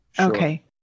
Okay